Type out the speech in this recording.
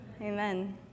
Amen